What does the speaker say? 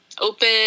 open